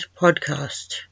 Podcast